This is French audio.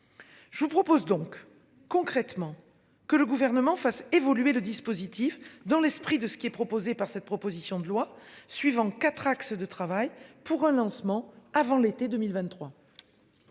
Je vous propose donc, concrètement, que le gouvernement fasse évoluer le dispositif dans l'esprit de ce qui est proposé par cette proposition de loi suivant 4 axes de travail pour un lancement avant l'été 2023.